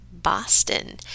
boston